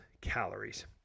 calories